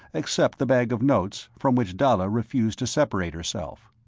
except the bag of notes, from which dalla refused to separate herself.